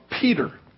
Peter